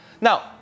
Now